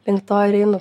link to ir einu